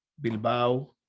Bilbao